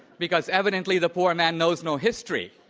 because evidently the poor man knows no history,